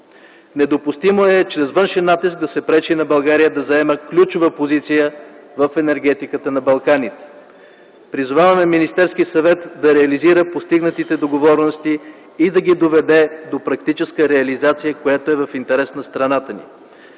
Недопустимо е чрез външен натиск да се пречи на България да заема ключова позиция в енергетиката на Балканите. Призоваваме Министерския съвет да реализира постигнатите договорености и да ги доведе до практическа реализация, която е в интерес на страната ни.